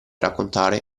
raccontare